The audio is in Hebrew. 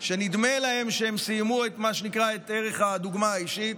שנדמה להם שהם סיימו את מה שנקרא "ערך הדוגמה האישית",